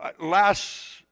last